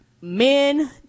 men